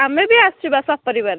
ଆମେ ବି ଆସିବା ସପରିବାରରେ